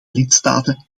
lidstaten